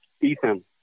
Ethan